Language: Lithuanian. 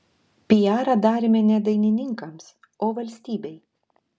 piarą darėme ne dainininkams o valstybei